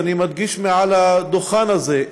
ואני מדגיש מעל הדוכן הזה,